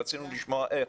רצינו לשמוע איך.